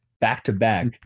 back-to-back